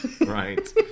Right